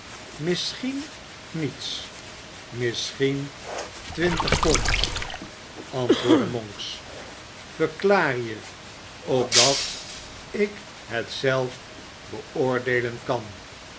misschien niets misschien twintig pond antwoordde monks verklaar je opdat ik hef zelf beoordeelen kan